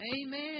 Amen